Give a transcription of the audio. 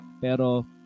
Pero